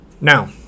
Now